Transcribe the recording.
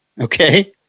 okay